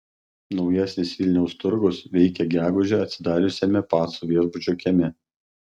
naujasis vilniaus turgus veikia gegužę atsidariusiame pacų viešbučio kieme